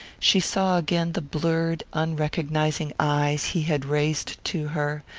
she saw again the blurred unrecognizing eyes he had raised to her,